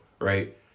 right